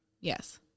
Yes